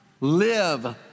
Live